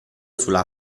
sulla